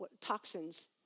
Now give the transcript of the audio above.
toxins